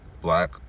Black